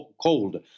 cold